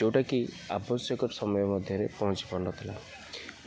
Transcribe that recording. ଯେଉଁଟାକି ଆବଶ୍ୟକ ସମୟ ମଧ୍ୟରେ ପହଞ୍ଚି ପାରୁନଥିଲା